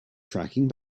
tracking